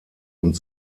und